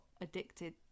addicted